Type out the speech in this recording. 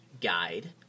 Guide